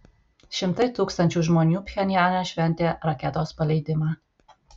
šimtai tūkstančių žmonių pchenjane šventė raketos paleidimą